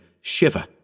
shiver